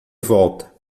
volta